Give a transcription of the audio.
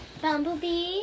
Bumblebee